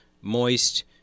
moist